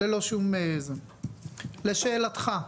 לשאלתך,